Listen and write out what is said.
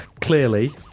clearly